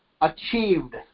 achieved